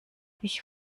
ich